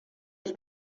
els